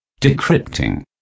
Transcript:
Decrypting